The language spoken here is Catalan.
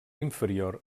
inferior